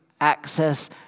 access